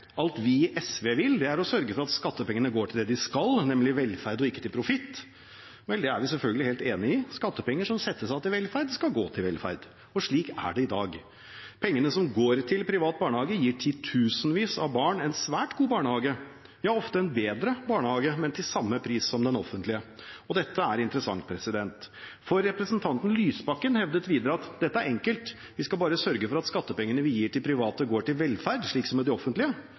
alt SV vil, er å sørge for at skattepengene går til det de skal, nemlig til velferd og ikke til profitt. Vel, det er vi selvfølgelig helt enig i. Skattepenger som settes av til velferd, skal gå til velferd. Og slik er det i dag. Pengene som går til privat barnehage, gir titusenvis av barn en svært god barnehage, ja, ofte en bedre barnehage, men til samme pris som den offentlige. Og dette er interessant. For representanten Lysbakken hevdet videre at dette er enkelt, vi skal bare sørge for at skattepengene vi gir til private, går til velferd, slik som i det offentlige.